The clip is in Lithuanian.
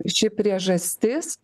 ši priežastis